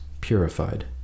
purified